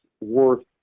worth